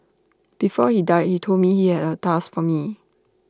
before he died he told me he had A task for me